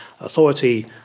authority